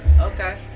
Okay